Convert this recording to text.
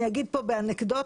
אני אגיד כאן באנקדוטה,